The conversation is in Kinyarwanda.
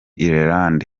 ireland